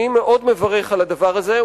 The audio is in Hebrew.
אני מברך מאוד על הדבר הזה,